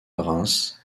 reims